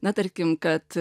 na tarkim kad